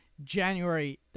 January